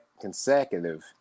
consecutive